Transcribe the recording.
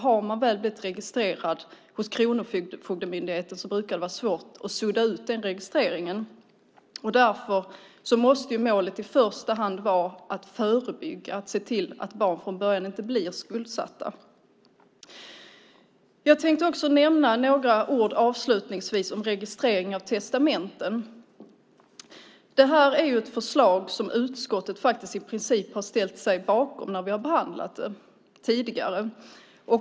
Har man väl blivit registrerad hos Kronofogdemyndigheten brukar det vara svårt att sudda ut den registreringen. Därför måste målet vara att förebygga och se till så att barn inte blir skuldsatta. Jag tänkte också nämna några ord om registrering av testamenten. Det är ett förslag som utskottet i princip har ställt sig bakom tidigare.